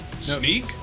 sneak